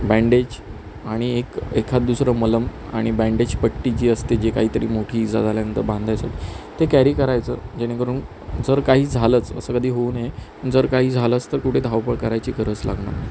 bandage आणि एक एखादं दुसरं मलम आणि बँडेज पट्टी जी असते जे काय तरी मोठी इजा झाल्यानंतर बांधायचं ते कॅरी करायचं जेणेकरून जर काही झालंच असं कधी होऊ नये जर काही झालंच तर कुठे धावपळ करायची गरज लागणार नाही